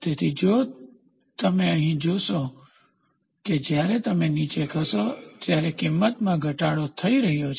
તેથી જો તમે અહીં જોશો કે જ્યારે તમે નીચે ખસો ત્યારે કિંમતોમા ઘટાડો થઈ રહ્યો છે